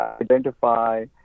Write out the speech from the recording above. identify